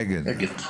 רגע, עפיפי,